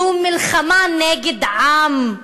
זו מלחמה נגד עם,